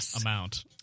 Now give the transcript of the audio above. amount